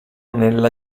nella